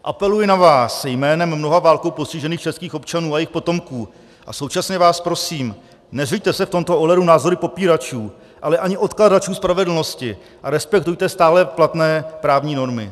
Apeluji na vás jménem mnoha válkou postižených českých občanů a jejich potomků a současně vás prosím, neřiďte se v tomto ohledu názory popíračů, ale ani odkladačů spravedlnosti a respektujte stále platné právní normy.